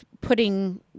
putting